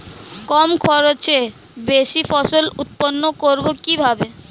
কম খরচে বেশি ফসল উৎপন্ন করব কিভাবে?